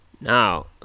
Now